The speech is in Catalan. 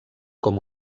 com